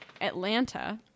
Atlanta